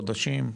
חודשים?